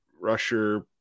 rusher